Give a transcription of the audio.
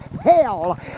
Hell